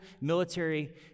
military